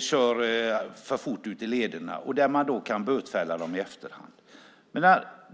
kör för fort ute i lederna. Då kan man bötfälla dem i efterhand.